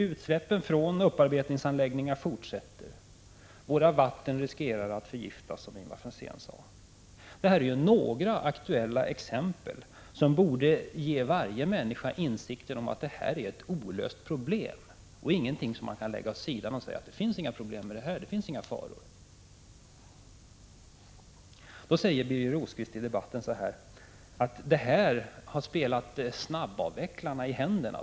Utsläppen från upparbetningsanläggningar fortsätter, våra vatten riskerar att förgiftas, som Ivar Franzén 89 sade. Det här är några aktuella exempel som borde ge var och en insikten att detta är ett olöst problem och ingenting som kan föras åt sidan genom att man säger att det inte finns några problem, att det inte finns några faror. Birger Rosqvist säger då: Detta har spelat snabbavvecklarna i händerna.